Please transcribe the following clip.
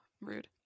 Rude